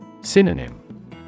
Synonym